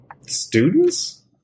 students